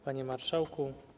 Panie Marszałku!